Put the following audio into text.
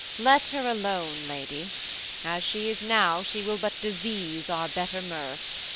let her alone, lady as she is now, she will but disease our better mirth.